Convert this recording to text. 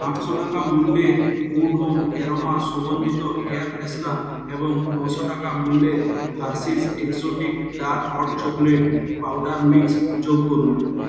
আটশো টাকা মূল্যের গুড হোম অ্যারোমা সুগন্ধিত এয়ার ফ্রেশনার এবং নশো টাকা মূল্যের Hershey's exotic dark hot chocolate powder mix যোগ করুন